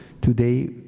today